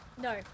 No